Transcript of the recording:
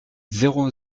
zéro